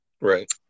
Right